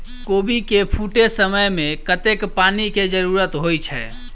कोबी केँ फूटे समय मे कतेक पानि केँ जरूरत होइ छै?